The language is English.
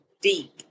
deep